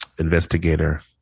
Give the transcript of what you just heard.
investigator